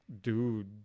dude